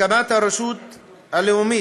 הקמת הרשות הלאומית